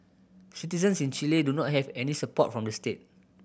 citizens in Chile do not have any support from the state